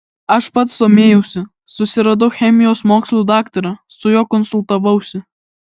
aš pats domėjausi susiradau chemijos mokslų daktarą su juo konsultavausi